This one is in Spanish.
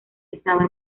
estaba